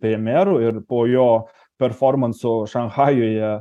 premjeru ir po jo performanso šanchajuje